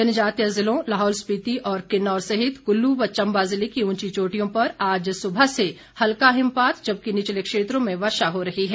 जनजातीय ज़िलों लाहौल स्पीति और किन्नौर सहित कल्लू व चम्बा ज़िले की ऊंची चोटियों पर आज सुबह से हल्का हिमपात जबकि निचले क्षेत्रों में वर्षा हो रही है